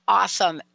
awesome